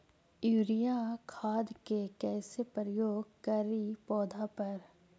Urea खाद के कैसे प्रयोग करि पौधा पर?